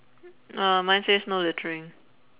uh mine says no littering